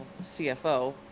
CFO